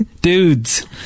dudes